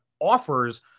offers